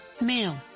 male